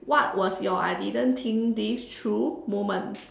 what was your I didn't think this through moment